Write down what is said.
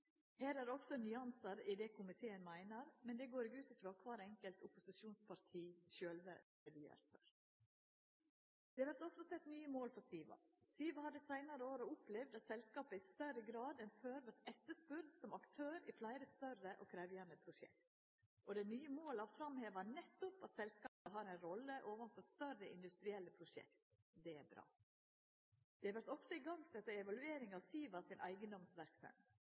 Her er det også nyansar i det komiteen meiner, men det går eg ut frå at opposisjonspartia sjølve gjer greie for. Det vert også sett nye mål for SIVA. SIVA har dei seinare åra opplevd at selskapet i større grad enn før vert etterspurt som aktør i fleire større og meir krevjande prosjekt. Dei nye måla framhevar nettopp at selskapet har ei rolle overfor større industrielle prosjekt. Det er bra! Det vert også sett i gang evaluering av SIVA